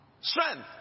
strength